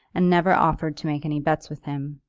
and never offered to make any bets with him.